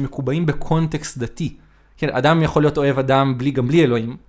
מקובעים בקונטקסט דתי, כן? אדם יכול להיות אוהב אדם גם בלי אלוהים